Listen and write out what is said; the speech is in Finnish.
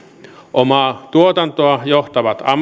omaa tuotantoa johtavat